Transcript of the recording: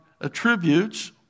attributes